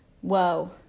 Whoa